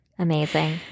amazing